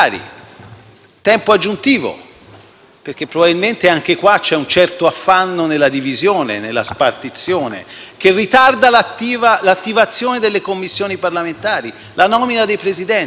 Sottosegretari, perché probabilmente anche qui c'è un certo affanno nella divisione, nella spartizione, che ritarda l'attivazione delle Commissioni parlamentari e la nomina dei Presidenti.